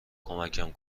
کمکم